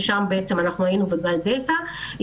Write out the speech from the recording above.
כשהיינו בגל הדלתא,